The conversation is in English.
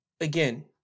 again